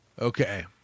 okay